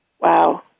wow